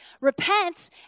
Repent